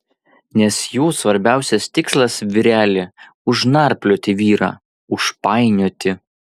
nes jų svarbiausias tikslas vyreli užnarplioti vyrą užpainioti